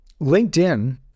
LinkedIn